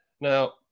Now